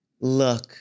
look